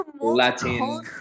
latin